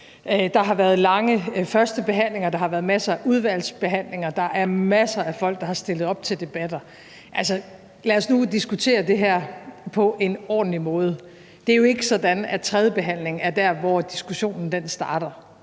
Der har været lange førstebehandlinger, der har været masser af udvalgsbehandlinger. Der er masser af folk, der har stillet op til debatter. Altså, lad os nu diskutere det her på en ordentlig måde. Det er jo ikke sådan, at tredjebehandlingen er der, hvor diskussionen starter.